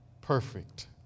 perfect